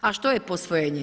A što je posvojenje?